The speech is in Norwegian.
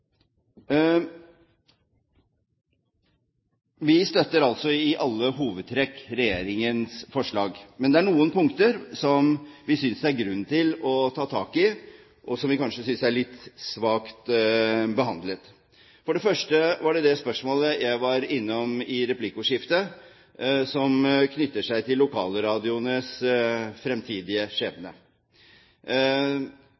Vi støtter altså i alle hovedtrekk regjeringens forslag, men det er noen punkter som vi synes det er grunn til å ta tak i, og som vi kanskje synes er litt svakt behandlet. Først til det spørsmålet jeg var innom i replikkordskiftet, og som knytter seg til lokalradioenes fremtidige skjebne.